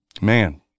Man